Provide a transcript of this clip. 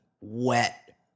wet